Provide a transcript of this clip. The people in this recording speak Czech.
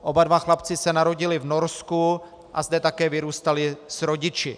Oba dva chlapci se narodili v Norsku a zde také vyrůstali s rodiči.